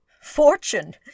Fortune